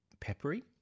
peppery